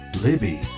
Libby